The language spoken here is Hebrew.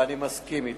ואני מסכים אתך.